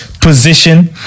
position